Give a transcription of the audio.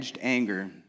anger